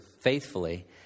faithfully